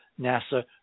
NASA